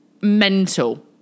Mental